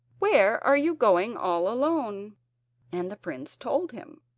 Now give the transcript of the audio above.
where are you going all alone and the prince told him.